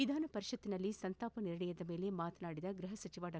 ವಿಧಾನಪರಿಷತ್ತಿನಲ್ಲಿ ಸಂತಾಪ ನಿರ್ಣಯದ ಮೇಲೆ ಮಾತನಾಡಿದ ಗೃಹಸಚಿವ ಡಾ